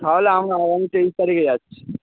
তাহলে আমরা আগামী তেইশ তারিখ যাচ্ছি